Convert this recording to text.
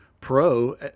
pro